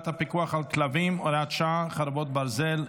הפיקוח על כלבים (הוראת שעה) (חרבות ברזל),